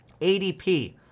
ADP